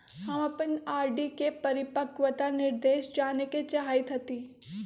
हम अपन आर.डी के परिपक्वता निर्देश जाने के चाहईत हती